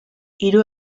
hiru